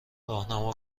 راهنما